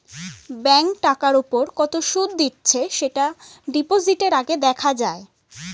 bank টাকার উপর কত সুদ দিচ্ছে সেটা ডিপোজিটের আগে দেখা যায়